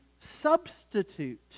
substitute